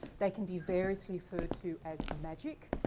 they can be variously referred to as magic,